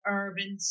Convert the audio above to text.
urban